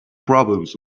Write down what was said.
problems